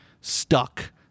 stuck